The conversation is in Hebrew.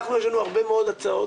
אנחנו הביאנו הרבה מאוד הצעות,